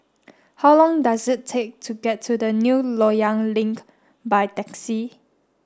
how long does it take to get to the New Loyang Link by taxi